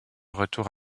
retire